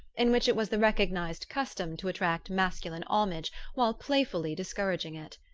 in which it was the recognised custom to attract masculine homage while playfully discouraging it.